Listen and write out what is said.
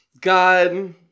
God